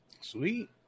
sweet